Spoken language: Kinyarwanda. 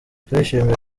turishimye